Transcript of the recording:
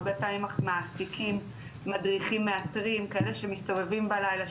הרבה פעמים מעסיקים מדריכים מאתרים כאלה שמסתובבים בלילה,